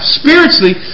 spiritually